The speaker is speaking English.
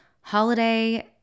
holiday